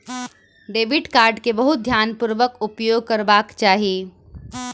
debit card के बहुत ध्यानपूर्वक उपयोग करबाक चाही